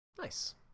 Nice